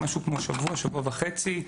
משהו כמו שבוע-שבוע וחצי,